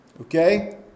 Okay